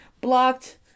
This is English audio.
Blocked